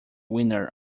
winner